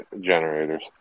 generators